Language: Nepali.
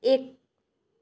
एक